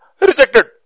rejected